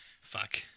Fuck